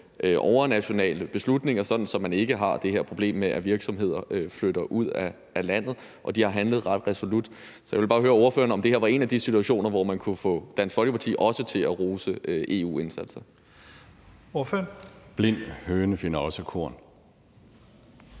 overnationale beslutninger, sådan at man ikke har det her problem med, at virksomheder flytter ud af landet, og de har handlet ret resolut. Så jeg vil bare høre ordføreren, om det her var også en af de situationer, hvor man kunne få Dansk Folkeparti til at rose EU-indsatser. Kl. 13:23 Første næstformand